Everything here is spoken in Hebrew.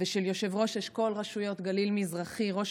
ושל יושב-ראש אשכול רשויות גליל מזרחי וראש